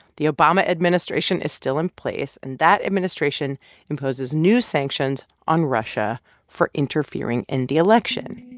the obama administration is still in place, and that administration imposes new sanctions on russia for interfering in the election